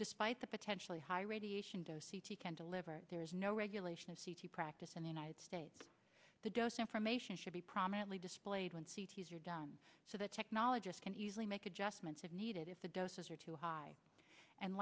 despite the potentially high radiation dose he can deliver there is no regulation of c t practice in the united states the dose information should be prominently displayed when c t s are done so the technologist can easily make adjustments of needed if the doses are too high and